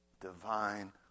divine